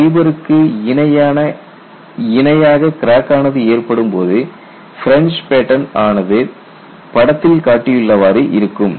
ஃபைபருக்கு இணையாக கிராக் ஆனது ஏற்படும்போது பிரின்ஜ் பேட்டன் ஆனது படத்தில் காட்டியுள்ளவாறு இருக்கும்